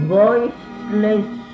voiceless